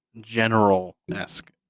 general-esque